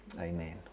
Amen